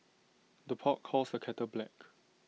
the pot calls the kettle black